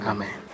Amen